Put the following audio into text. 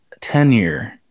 tenure